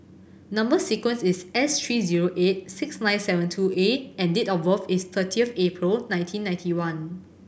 number sequence is S three zero eight six nine seven two A and date of birth is thirty of April nineteen ninety one